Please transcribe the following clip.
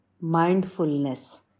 mindfulness